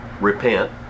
repent